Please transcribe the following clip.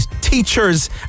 teachers